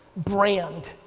brand,